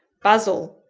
basil!